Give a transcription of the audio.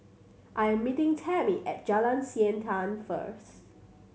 I'm meeting Tammi at Jalan Siantan first